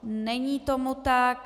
Není tomu tak.